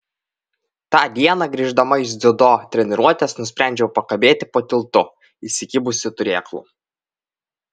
tą dieną grįždama iš dziudo treniruotės nusprendžiau pakabėti po tiltu įsikibusi turėklų